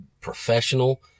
professional